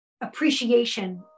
appreciation